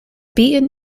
beaten